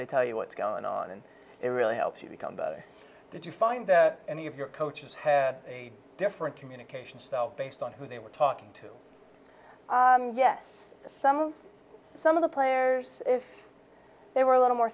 they tell you what's going on and it really helps you become better did you find that any of your coaches had a different communication style based on who they were talking to yes some of some of the players if they were a little more